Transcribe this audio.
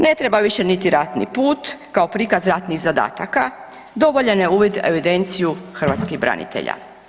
Ne treba više niti ratni put kao prikaz ratnih zadataka, dovoljan je uvid u evidenciju hrvatskih branitelja.